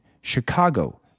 Chicago